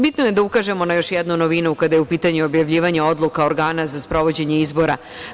Bitno je da ukažemo na još jednu novinu kada je u pitanju objavljivanje odluka organa za sprovođenje izbora.